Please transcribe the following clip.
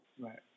Right